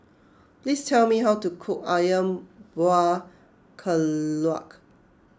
please tell me how to cook Ayam Buah Keluak